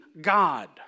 God